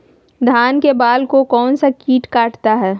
धान के बाल को कौन सा किट काटता है?